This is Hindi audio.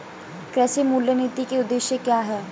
कृषि मूल्य नीति के उद्देश्य क्या है?